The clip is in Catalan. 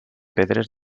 pedres